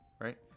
right